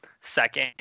second